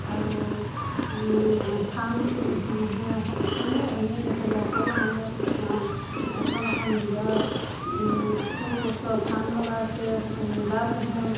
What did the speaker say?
আৰু ফাৰ্ম খোলা মানুহে হওক কোনো এনেয়ে নাথাকে সকলো মানুহে ফাৰ্ম এখন এখন নিজৰ চোম গছৰ ফাৰ্ম লগাইছে মুগা পোহে